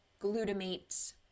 glutamate